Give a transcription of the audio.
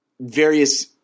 various